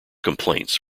complaints